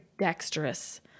dexterous